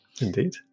indeed